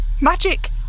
Magic